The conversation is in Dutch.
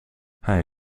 hij